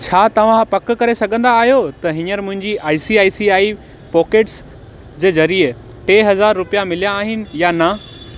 छा तव्हां पक करे सघंदा आहियो त हींअर मुंहिंजी आई सी आई सी आई पोकेटस ज़रिए टे हज़ार रुपया मिलिया आहिनि या न